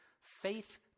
Faith